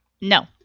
No